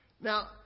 Now